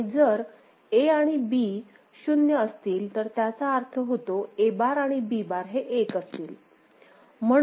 आणि जर A आणि B 0 असतील तर त्याचा अर्थ होतो कि A बार आणि B बार हे 1 असतील